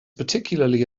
particularly